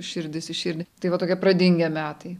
širdis į širdį tai va tokie pradingę metai